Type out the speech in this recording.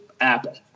Apple